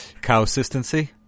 consistency